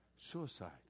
suicide